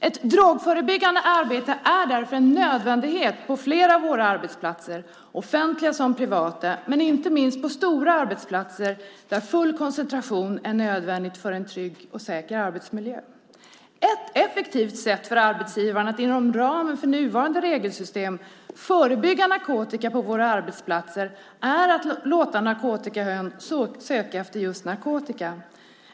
Ett drogförebyggande arbete är därför en nödvändighet på flera av våra arbetsplatser, offentliga som privata, inte minst på stora arbetsplatser där full koncentration är nödvändig för en trygg och säker arbetsmiljö. Ett effektivt sätt för arbetsgivaren att inom ramen för nuvarande regelsystem förebygga narkotika på våra arbetsplatser är att låta narkotikahund söka efter just narkotika.